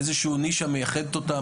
איזושהי נישה שמייחדת אותם,